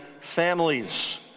families